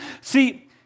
See